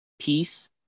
Peace